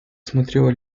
смотрела